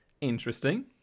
interesting